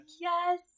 yes